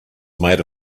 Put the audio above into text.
made